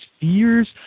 fears